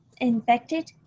Infected